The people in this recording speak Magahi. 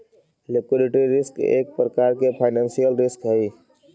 लिक्विडिटी रिस्क एक प्रकार के फाइनेंशियल रिस्क हई